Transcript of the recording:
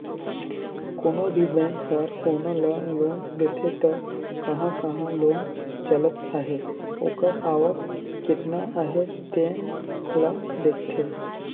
कोनो भी बेंक हर कोनो ल लोन देथे त कहां कहां लोन चलत अहे ओकर आवक केतना अहे तेन ल देखथे